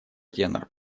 тенор